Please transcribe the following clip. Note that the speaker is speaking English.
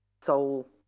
Soul